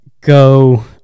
go